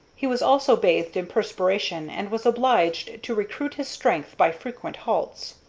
he was also bathed in perspiration, and was obliged to recruit his strength by frequent halts.